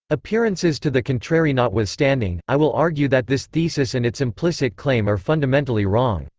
appearances to the contrary notwithstanding, i will argue that this thesis and its implicit claim are fundamentally wrong.